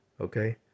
okay